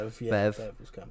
Bev